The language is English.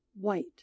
white